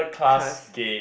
cause